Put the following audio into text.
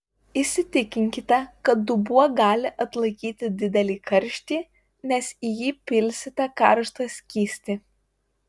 įsitikinkite kad dubuo gali atlaikyti didelį karštį nes į jį pilsite karštą skystį